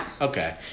Okay